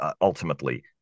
ultimately